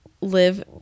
live